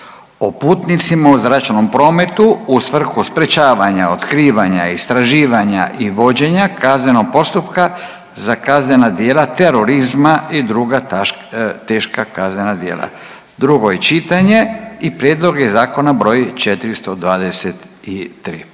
o putnicima u zračnom prometu u svrhu sprječavanja otkrivanja, istraživanja i vođenja kaznenog postupka za kaznena djela terorizma i druga teška kaznena djela. Drugo je čitanje i prijedlog je zakona broj 423.